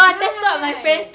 right